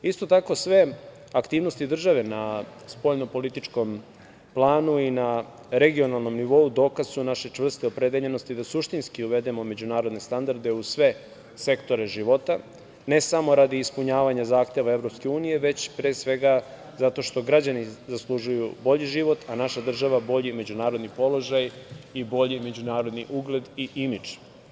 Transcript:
Isto tako, sve aktivnosti države na spoljnopolitičkom planu i na regionalnom nivou dokaz su naše čvrste opredeljenosti da suštinski uvedemo međunarodne standarde u sve sektore života, ne samo radi ispunjavanja zahteva EU, već pre svega zato što građani zaslužuju bolji život, a naša država bolji međunarodni položaj i bolji međunarodni ugled i imidž.